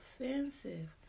offensive